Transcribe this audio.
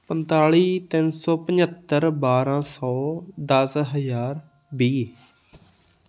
ਪੰਤਾਲੀ ਤਿੰਨ ਸੌ ਪੰਝੱਤਰ ਬਾਰ੍ਹਾਂ ਸੌ ਦਸ ਹਜ਼ਾਰ ਵੀਹ